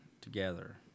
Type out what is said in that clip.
together